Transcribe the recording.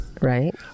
Right